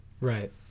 Right